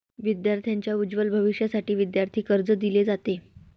विद्यार्थांच्या उज्ज्वल भविष्यासाठी विद्यार्थी कर्ज दिले जाते